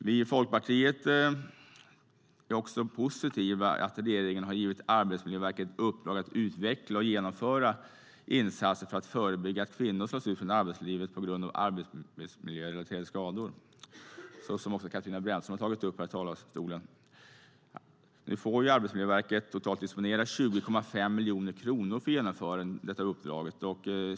Vi i Folkpartiet är positiva till att regeringen har gett Arbetsmiljöverket i uppdrag att utveckla och genomföra insatser för att förebygga att kvinnor slås ut från arbetslivet på grund av arbetsmiljörelaterade skador, vilket Katarina Brännström här i talarstolen tagit upp. Arbetsmiljöverket får nu disponera totalt 20,5 miljoner kronor för genomförandet av uppdraget.